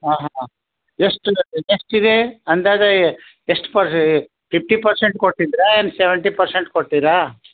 ಹಾಂ ಹಾಂ ಎಷ್ಟು ಎಷ್ಟು ಇದೇ ಅಂದಾಜಾಗೆ ಎಷ್ಟು ಪರ್ ಫಿಫ್ಟಿ ಪೆರ್ಸೆಂಟ್ ಕೊಟ್ಟಿದ್ದರಾ ಏನು ಸೆವೆಂಟಿ ಪರ್ಸೆಂಟ್ ಕೊಟ್ಟಿರಾ